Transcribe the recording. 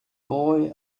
boy